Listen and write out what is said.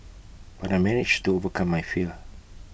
but I managed to overcome my fear